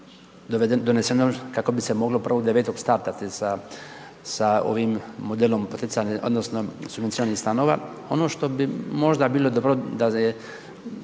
kako bi se moglo 1.9. startati sa ovim modelom poticanja odnosno subvencionih stanova. Ono što bi možda bilo dobro da je